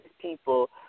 people